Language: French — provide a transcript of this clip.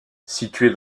située